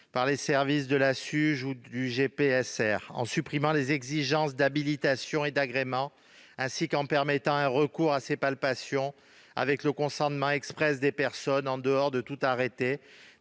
des réseaux (GPSR) de la RATP, en supprimant les exigences d'habilitation et d'agrément, ainsi qu'en permettant un recours à ces palpations, avec le consentement exprès des personnes, en dehors de tout arrêté,